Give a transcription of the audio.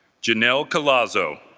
janelle collazo